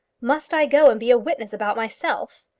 must i go and be a witness about myself?